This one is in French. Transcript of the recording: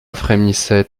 frémissait